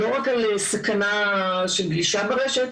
לא צריך לדבר רק על הסכנה של גלישה ברשת,